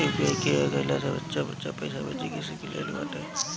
UPI के आ गईला से बच्चा बच्चा पईसा भेजे के सिख लेले बाटे